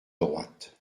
droite